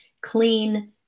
clean